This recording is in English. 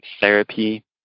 therapy